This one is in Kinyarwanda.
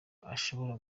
ashobora